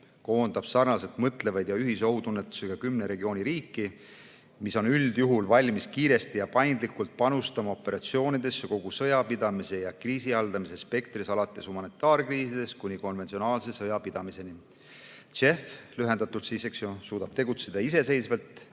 koondab sarnaselt mõtlevaid ja ühise ohutunnetusega kümmet regiooni riiki, mis on üldjuhul valmis kiiresti ja paindlikult panustama operatsioonidesse kogu sõjapidamise ja kriisihaldamise spektris, alates humanitaarkriisidest kuni konventsionaalse sõjapidamiseni. JEF, lühendatult, suudab tegutseda iseseisvalt